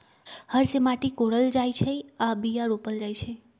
हर से माटि कोरल जाइ छै आऽ बीया रोप्ल जाइ छै